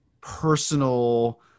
personal